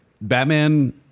Batman